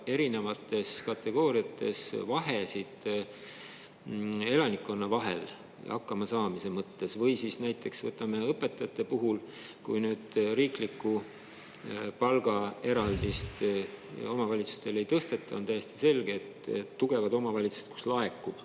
erinevates kategooriates vahesid elanikkonna vahel hakkama saamise mõttes. Näiteks õpetajate puhul – kui riikliku palga eraldist omavalitsustel ei tõsteta, on täiesti selge, et tugevad omavalitsused, kus laekub